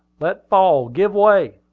let fall! give way!